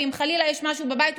וחלילה אם יש משהו בבית,